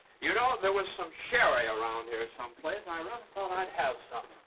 you know, there was some sherry around here someplace. i rather thought i'd have some.